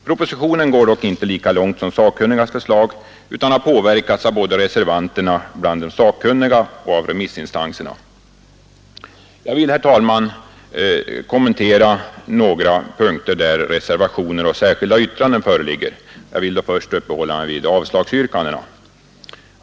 Propositionen går dock inte lika långt som de sakkunnigas förslag, utan har påverkats både av reservanterna bland de sakkunniga och av remissinstanserna. Jag vill, herr talman, kommentera några av de punkter där reservationer eller särskilda yttranden föreligger, och jag skall först uppehålla mig vid yrkandena om avslag på propositionen.